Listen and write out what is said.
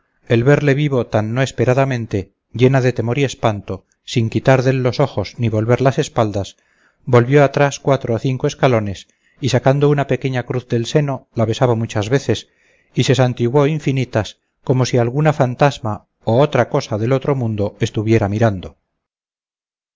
el verle vivo tan no esperadamente llena de temor y espanto sin quitar dél los ojos ni volver las espaldas volvió atrás cuatro o cinco escalones y sacando una pequeña cruz del seno la besaba muchas veces y se santiguó infinitas como si alguna fantasma o otra cosa del otro mundo estuviera mirando